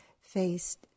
faced